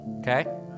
Okay